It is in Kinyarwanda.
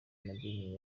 amadini